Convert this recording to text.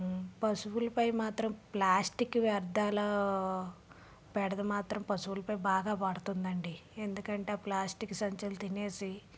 పశువులపై మాత్రం ప్లాస్టిక్ వ్యర్థాలు బెడద మాత్రం పశువులపై బాగా పడుతుందండి ఎందుకంటే ఆ ప్లాస్టిక్ సంచులు తినేసి